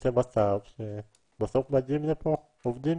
יוצא מצב שבסוף מגיעים לפה עובדים